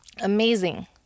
Amazing